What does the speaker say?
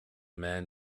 man